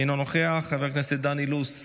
אינה נוכחת, חבר הכנסת עידן רול,